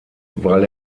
weil